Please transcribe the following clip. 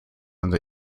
into